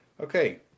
Okay